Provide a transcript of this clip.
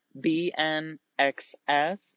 B-N-X-S